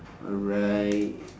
alright